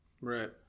Right